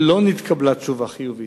ולא נתקבלה תשובה חיובית.